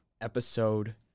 episode